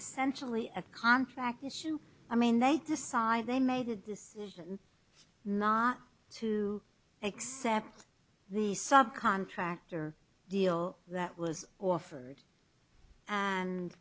essentially a contract issue i mean they decide they made a decision not to accept the subcontractor deal that was offered and